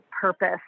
purpose